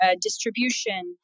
distribution